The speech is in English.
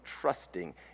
trusting